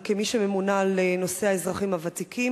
אבל כמי שממונה על נושא האזרחים הוותיקים.